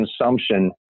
consumption